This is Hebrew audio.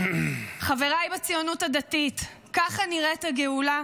חבריי בציונות הדתית, ככה נראית הגאולה?